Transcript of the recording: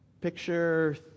picture